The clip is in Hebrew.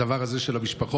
הדבר הזה של המשפחות.